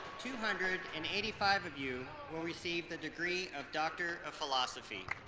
two hundred and eighty five of you will receive the degree of doctor of philosophy